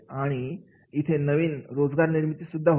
आणि इथे नवीन रोजगार निर्मिती सुद्धा होते